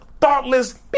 thoughtless